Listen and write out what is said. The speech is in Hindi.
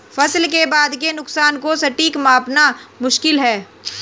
फसल के बाद के नुकसान को सटीक मापना मुश्किल है